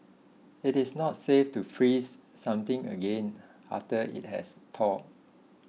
it is not safe to freeze something again after it has thawed